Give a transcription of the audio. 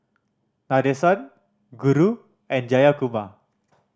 Nadesan Guru and Jayakumar